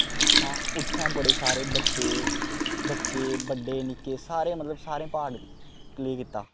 ऐं उत्थे बड़े सारे बच्चे बच्चे बड्डे निक्के सारे मतलब सारे पार्ट प्ले कीता